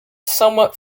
somewhat